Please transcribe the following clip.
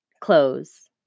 close